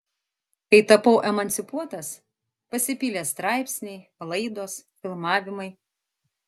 kai tapau emancipuotas pasipylė straipsniai laidos filmavimai